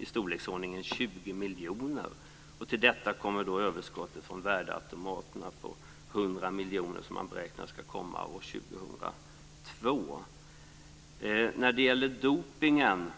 i storleksordningen 20 miljoner. Till detta kommer överskottet från värdeautomaterna på Visst var det trögt när det gäller dopningen.